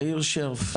יאיר שרף.